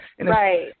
Right